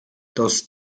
those